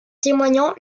témoignent